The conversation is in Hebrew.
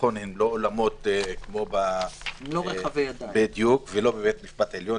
נכון שאלו לא אולמות גדולים והם לא כמו האולמות בבית המשפט העליון,